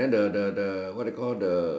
ah circle the dog and the man ah